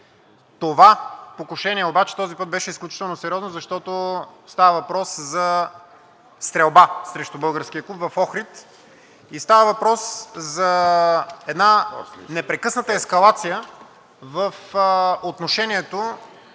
Това покушение обаче този път беше изключително сериозно, защото става въпрос за стрелба срещу българския клуб в Охрид. Става въпрос за една непрекъсната ескалация в отношението